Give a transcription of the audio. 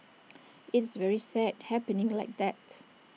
it's very sad happening like that